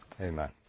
Amen